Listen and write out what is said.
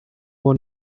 one